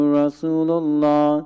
Rasulullah